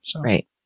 Right